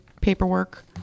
paperwork